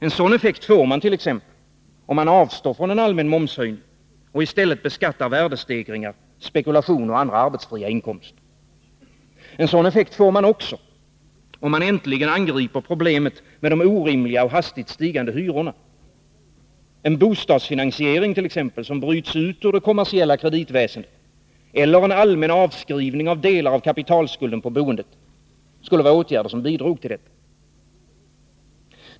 En sådan effekt får man t.ex. om man avstår från en allmän momshöjning och i stället beskattar värdestegringar, spekulation och andra arbetsfria inkomster. En sådan effekt får man också om man äntligen angriper problemet med de orimliga och hastigt stigande hyrorna. En bostadsfinansiering t.ex. som bryts ut ur det kommersiella kreditväsendet eller en allmän avskrivning av delar av kapitalskulden på boendet skulle vara åtgärder som bidrog till detta.